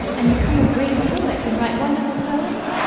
and become a great poet and write wonderful poems?